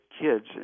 kids